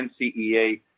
NCEA